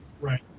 right